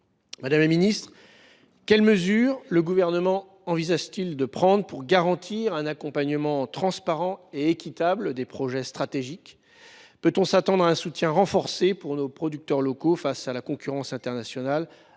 Madame la ministre, quelles mesures le Gouvernement envisage t il de prendre pour garantir l’accompagnement transparent et équitable des projets stratégiques ? Peut on s’attendre à un renforcement du soutien à nos producteurs locaux face à la concurrence internationale,